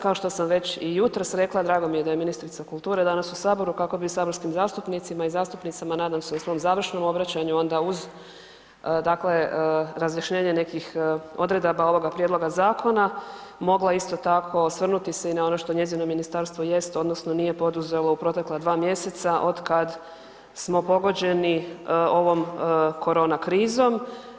Kao što sam već i jutros rekla, drago mi je da je ministrica kulture danas u saboru kako bi saborskim zastupnicima i zastupnicama nadam se u svom završnom obraćanju onda uz, dakle razjašnjenje nekih odredaba ovoga prijedloga zakona mogla isto tako osvrnuti se i na ono što njezino ministarstvo jest odnosno nije poduzelo u protekla dva mjeseca otkad smo pogođeni ovom korona krizom.